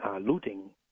Looting